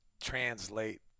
translate